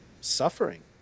suffering